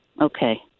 Okay